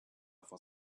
for